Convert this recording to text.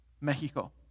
Mexico